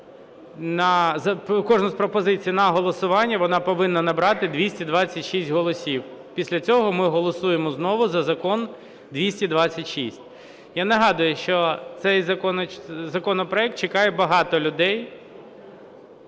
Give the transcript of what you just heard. кожну з пропозицій на голосування, вона повинна набрати 226 голосів, після цього ми голосуємо знову за закон – 226. Я нагадую, що цей законопроект чекає багато людей,